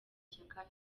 shyaka